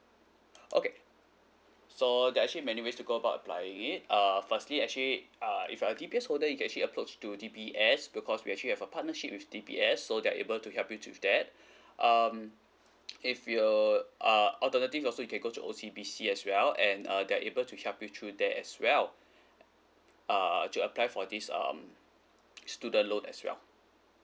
okay so there are actually many ways to go about applying it uh firstly actually uh if you're a D_B_S holder you can actually approach to D_B_S because we actually have a partnership with D_B_S so they're able to help you through that um if you're uh alternative also you can go to O_C_B_C as well and uh they're able to help you through that as well uh to apply for this um student loan as well